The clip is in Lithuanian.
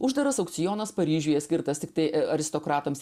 uždaras aukcionas paryžiuje skirtas tiktai aristokratams